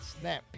snap